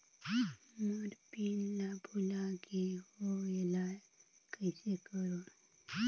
मोर PIN ला भुला गे हो एला कइसे करो?